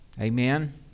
Amen